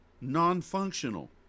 non-functional